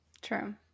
True